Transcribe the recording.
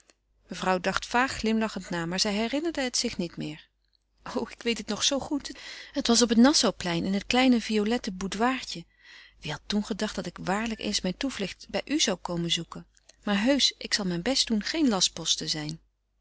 mevrouw dacht vaag glimlachend na maar zij herinnerde het zich niet meer o ik weet het nog zoo goed het was op het nassauplein in het kleine violette boudoirtje wie had toen gedacht dat ik waarlijk eens mijn toevlucht bij u zou komen zoeken maar heusch ik zal mijn best doen geen lastpost te zijn